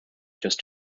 just